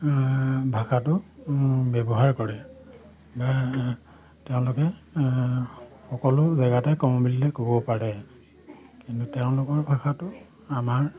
ভাষাটো ব্যৱহাৰ কৰে বা তেওঁলোকে সকলো জেগাতে ক'ব পাৰে কিন্তু তেওঁলোকৰ ভাষাটো আমাৰ